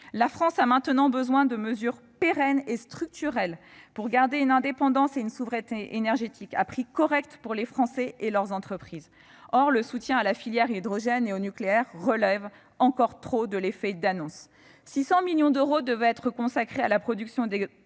La France a maintenant besoin de mesures pérennes et structurelles pour garder une indépendance et une souveraineté énergétiques à des prix corrects pour les Français et leurs entreprises. Or le soutien à la filière hydrogène et au nucléaire relève encore trop de l'effet d'annonce. Alors que 600 millions d'euros devaient être consacrés à la production